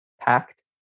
packed